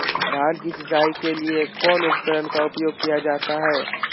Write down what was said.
धान की सिंचाई के लिए कौन उपकरण का उपयोग किया जाता है?